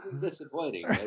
disappointing